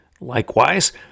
Likewise